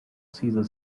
cesar